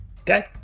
Okay